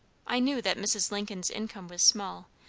i knew that mrs. lincoln's income was small,